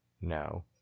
no